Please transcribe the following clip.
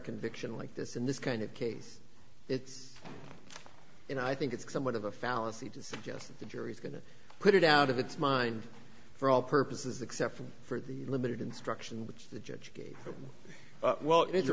conviction like this in this kind of case it's you know i think it's somewhat of a fallacy to suggest that the jury's going to put it out of its mind for all purposes except for the limited instruction which the judge gave them well